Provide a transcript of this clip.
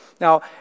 Now